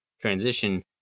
transition